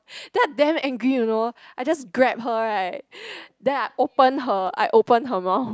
then I damn angry you know I just grab her right then I open her I open her mouth